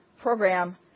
program